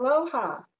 Aloha